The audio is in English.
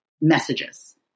messages